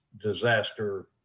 disaster